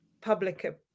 public